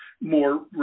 more